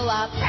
up